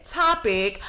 topic